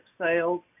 sales